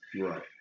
Right